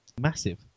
Massive